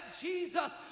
Jesus